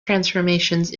transformations